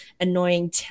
annoying